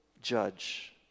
judge